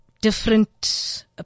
Different